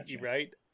right